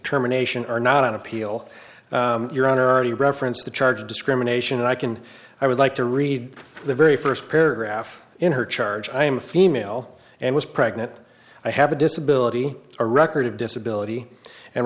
terminations are not on appeal your honor are the reference the charge of discrimination and i can i would like to read the very first paragraph in her charge i am a female and was pregnant i have a disability a record of disability and